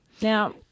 Now